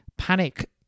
Panic